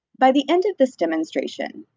by the end of this demonstration,